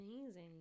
amazing